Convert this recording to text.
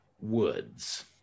Woods